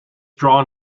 drawn